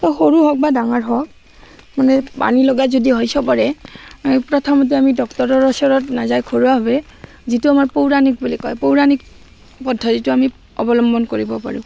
সৰু হওক বা ডাঙৰ হওক মানে পানী লগা যদি হয় চবৰে প্ৰথমতে আমি ডক্তৰৰ ওচৰত নাযায় ঘৰুৱাভাৱে যিটো আমাৰ পৌৰাণিক বুলি কয় পৌৰাণিক পদ্ধতিটো আমি অৱলম্বন কৰিব পাৰোঁ